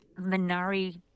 Minari